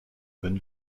bonne